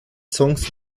songs